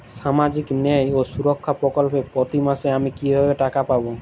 সামাজিক ন্যায় ও সুরক্ষা প্রকল্পে প্রতি মাসে আমি কিভাবে টাকা পাবো?